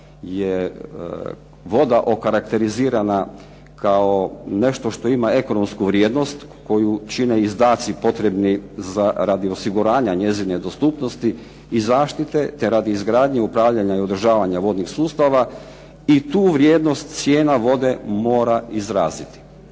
je voda okarakterizirana kao nešto što ima ekonomsku vrijednost, koju čine izdaci potrebni za radi osiguranja njezine dostupnosti i zaštite, te radi izgradnje i upravljanja i održavanja vodnih sustava i tu vrijednost cijena vode mora izraziti.